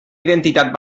identitat